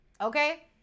Okay